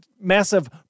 massive